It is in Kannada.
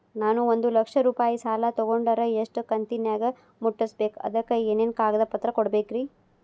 ನಾನು ಒಂದು ಲಕ್ಷ ರೂಪಾಯಿ ಸಾಲಾ ತೊಗಂಡರ ಎಷ್ಟ ಕಂತಿನ್ಯಾಗ ಮುಟ್ಟಸ್ಬೇಕ್, ಅದಕ್ ಏನೇನ್ ಕಾಗದ ಪತ್ರ ಕೊಡಬೇಕ್ರಿ?